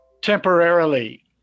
temporarily